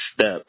step